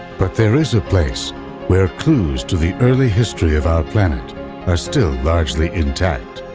but there is a place where clues to the early history of our planet are still largely intact.